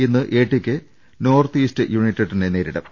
ഇന്ന് ATK North East യുണൈറ്റഡിനെ നേരിടും